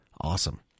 awesome